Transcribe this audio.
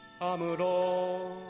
Amuro